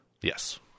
Yes